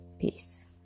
peace